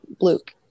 Luke